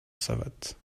savates